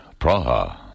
Praha